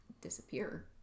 Disappear